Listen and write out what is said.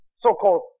so-called